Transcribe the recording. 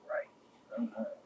Right